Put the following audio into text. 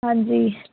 ਹਾਂਜੀ